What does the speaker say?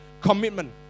Commitment